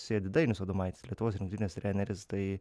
sėdi dainius adomaitis lietuvos rinktinės treneris tai